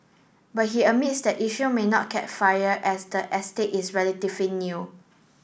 but he admits that issue may not catch fire as the estate is relatively new